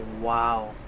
wow